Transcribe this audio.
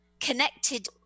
connected